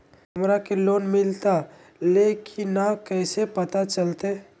हमरा के लोन मिलता ले की न कैसे पता चलते?